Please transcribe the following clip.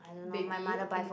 baby in~